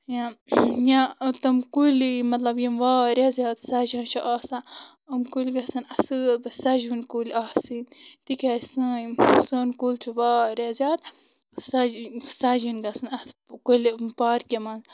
یا یا تم کُلی مطلب یِم واریاہ زیادٕ سَجان چھِ آسان یِم کُلۍ گژھَن اَصل پٲٹھۍ سَجوٕنۍ کُلۍ آسٕنۍ تِکیٛازِ سٲنۍ سون کُل چھُ واریاہ زیادٕ سَجٕنۍ سَجٕنۍ گژھَن اَتھٕ کُلہِ پارکہِ منٛز